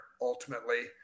ultimately